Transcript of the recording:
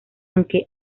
aunque